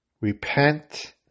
repent